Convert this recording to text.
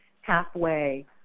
halfway